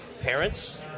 parents